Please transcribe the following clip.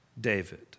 David